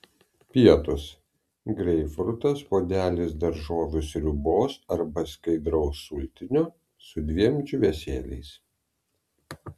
pietūs greipfrutas puodelis daržovių sriubos arba skaidraus sultinio su dviem džiūvėsėliais